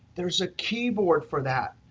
there is a keyboard for that.